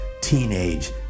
teenage